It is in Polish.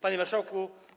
Panie Marszałku!